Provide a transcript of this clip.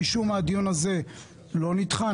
משום מה הדיון הזה לא נדחה.